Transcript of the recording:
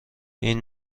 این